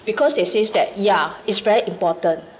because they says that yeah it's very important